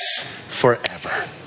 forever